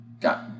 got